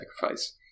sacrifice